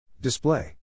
Display